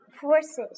forces